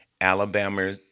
Alabama